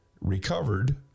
recovered